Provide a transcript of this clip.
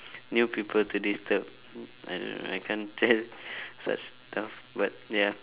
new people to disturb I don't know I can't tell such stuff but ya